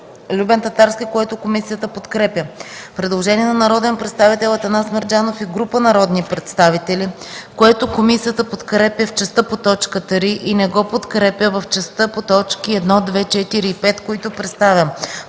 Любен Татарски, което комисията подкрепя. Предложение от народния представител Атанас Мерджанов и група народни представители, което комисията подкрепя в частта по т. 3 и не го подкрепя в частта по точки 1, 2, 4 и 5, които представям: